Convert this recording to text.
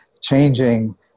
changing